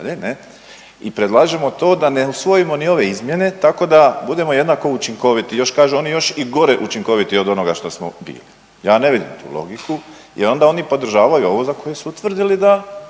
i predlažemo to da ne usvojimo ni ove izmjene tako da budemo jednako učinkoviti, još kažu oni još i gore učinkoviti od onoga što smo bili ja ne vidim tu logiku jer onda oni podržavaju ovo za koje su utvrdili da